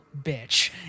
bitch